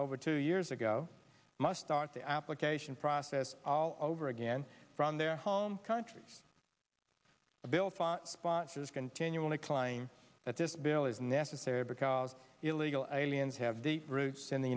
over two years ago must start the application process all over again from their home country a bill pot sponsors continually climb that this bill is necessary because illegal aliens have deep roots in the